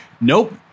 Nope